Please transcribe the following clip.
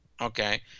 okay